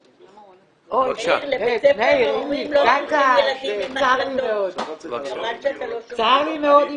--- מאיר, צר לי מאוד אם נפגעת.